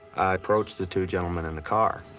approached the two gentlemen in the car.